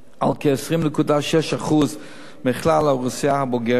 כ-20.6% מכלל האוכלוסייה הבוגרת,